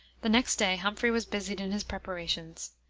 the next day humphrey was busied in his preparations.